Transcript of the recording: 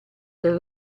del